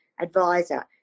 advisor